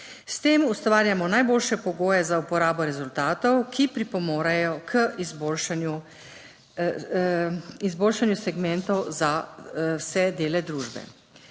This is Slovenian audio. S tem ustvarjamo najboljše pogoje za uporabo rezultatov, ki pripomorejo k izboljšanju segmentov za vse dele družbe.